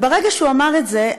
וברגע שהוא אמר את זה,